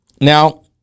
Now